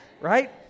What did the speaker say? right